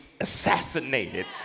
assassinated